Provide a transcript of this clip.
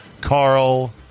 Carl